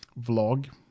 vlog